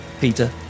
Peter